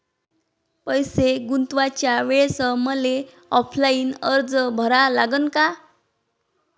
पैसे गुंतवाच्या वेळेसं मले ऑफलाईन अर्ज भरा लागन का?